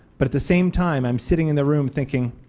but at the same time i am sitting in the room thinking